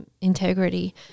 integrity